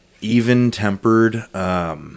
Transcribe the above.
even-tempered